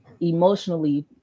emotionally